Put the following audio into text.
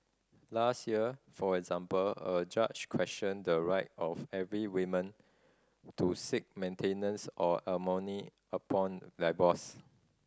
last year for example a judge questioned the right of every women to seek maintenance or alimony upon divorce